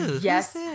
yes